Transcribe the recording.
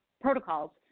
protocols